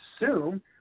assume